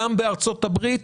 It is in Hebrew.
גם בארצות הברית,